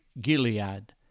Gilead